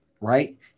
right